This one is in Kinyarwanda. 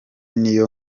niyo